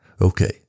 Okay